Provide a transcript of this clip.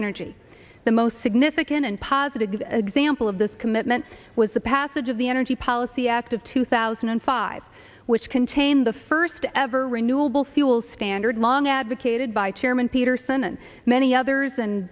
energy the most significant and positive example of this commitment was the passage of the energy policy act of two thousand and five which contained the first ever renewable fuel standard long advocated by chairman peterson and many others and